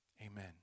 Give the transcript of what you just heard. Amen